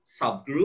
subgroup